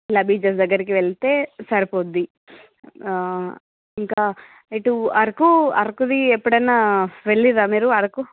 ఇలా బీచెస్ దగ్గరికి వెళ్తే సరిపోద్ది ఇంకా ఇటు అరకు అరకుది ఎప్పుడన్నా వెళ్లారా అరకు